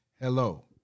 hello